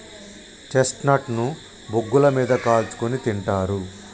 chestnut ను బొగ్గుల మీద కాల్చుకుని తింటారు